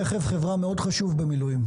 רכב חברה מאוד חשוב במילואים.